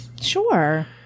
Sure